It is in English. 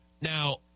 now